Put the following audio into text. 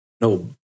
No